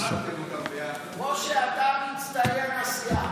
משה, אתה מצטיין הסיעה